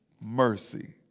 mercy